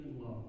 love